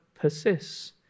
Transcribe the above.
persists